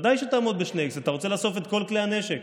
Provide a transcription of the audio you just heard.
ודאי שתעמוד ב-2x, אתה רוצה לאסוף את כל כלי הנשק.